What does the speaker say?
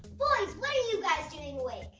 boys! what are you guys doing awake?